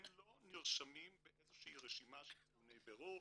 הם לא נרשמים באיזו שהיא רשימה של טעוני בירור.